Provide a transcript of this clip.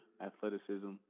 athleticism